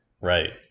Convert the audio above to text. Right